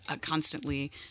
constantly